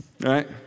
Right